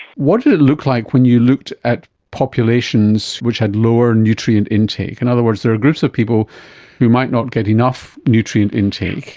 what look like when you looked at populations which had lower nutrient intake? in and other words, there are groups of people who might not get enough nutrient intake,